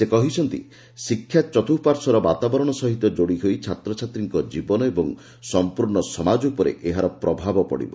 ସେ କହିଛନ୍ତି ଶିକ୍ଷା ଚତ୍ରପାର୍ଶ୍ୱର ବାତାବରଣ ସହିତ ଯୋଡ଼ିହୋଇ ଛାତ୍ରଛାତ୍ରୀଙ୍କ ଜୀବନ ଓ ସମ୍ପର୍ଶ୍ଣ ସମାଜ ଉପରେ ଏହାର ପ୍ରଭାବ ପଡ଼ିବ